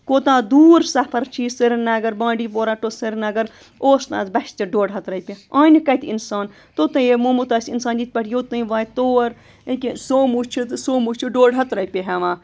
کوتاہ دوٗر سَفر چھِ یہِ سریٖنگر بانڈی پورہ ٹُہ سرینگر اوس نہٕ اَتھ بَسہِ تہِ ڈۄڈ ہَتھ رۄپیہِ اَنہِ کَتہِ اِنسان توٚتانے مُمُت آسہِ اِنسان یِتھ پٲٹھۍ یوٚتام واتہِ تور ییٚکیٛاہ سومو چھِ تہٕ سومو چھِ ڈۄڈ ہَتھ رۄپیہِ ہٮ۪وان